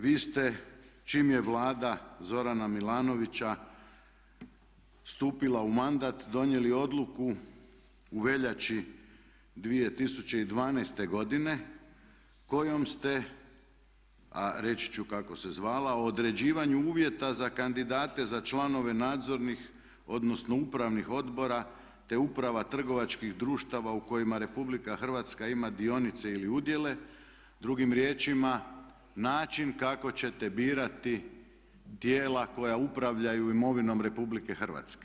Vi ste čim je Vlada Zorana Milanovića stupila u mandat donijeli odluku u veljači 2012.godine kojom ste a reći ću kako se zvala o određivanju uvjeta za kandidate za članove nadzornih odnosno upravnih odbora te uprava trgovačkih društava u kojima RH ima dionice ili udjele drugim riječima način kako ćete birati tijela koja upravljaju imovinom RH.